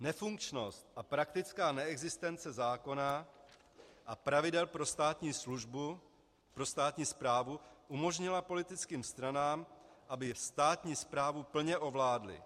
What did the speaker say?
Nefunkčnost a praktická neexistence zákona a pravidel pro státní správu umožnila politickým stranám, aby státní správu plně ovládly.